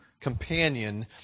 companion